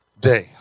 day